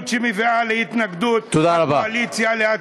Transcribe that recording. שמבינה את התנגדות הקואליציה להצעה זו.